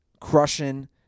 crushing